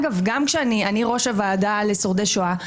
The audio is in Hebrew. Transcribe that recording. אגב, אני ראש הוועדה לשורדי שואה.